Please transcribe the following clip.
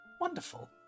wonderful